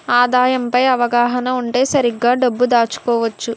ఆదాయం పై అవగాహన ఉంటే సరిగ్గా డబ్బు దాచుకోవచ్చు